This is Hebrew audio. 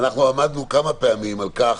אנחנו עמדנו כמה פעמים על כך.